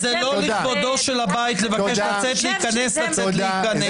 זה לא לכבודו של הבית לבקש לצאת להיכנס לצאת להיכנס.